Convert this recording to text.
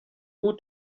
who